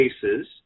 cases